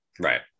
Right